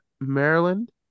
Maryland